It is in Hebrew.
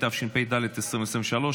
התשפ"ד 2023,